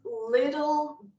little